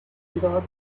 gerard